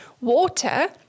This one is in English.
water